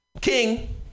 king